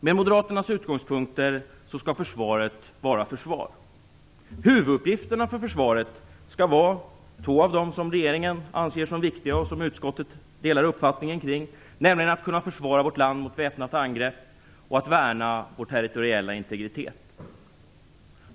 Med Moderaternas utgångspunkter skall försvaret vara ett försvar. Två av huvuduppgifterna för försvaret skall vara de som regeringen anser som viktiga, en uppfattning som även utskottet delar, nämligen att försvaret skall kunna försvara vårt land mot väpnat angrepp och att värna vår territoriella integritet.